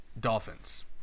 Dolphins